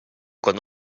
con